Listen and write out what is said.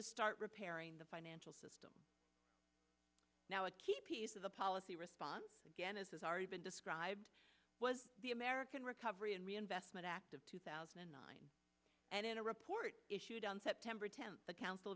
to start repairing the financial system now a key piece of the policy response again as has already been described was the american recovery and reinvestment act of two thousand and nine and in a report issued on september tenth the council